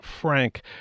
Frank